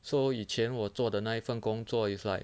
so 以前我做的那一份工作 is like